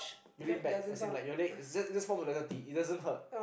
you lean back as in like you leg just form a letter T it doesn't hurt